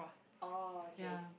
oh okay